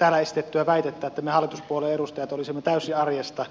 täällä esitettyä väitettä että me hallituspuolueiden edustajat olisimme täysin arjesta irtaantuneita